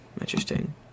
Interesting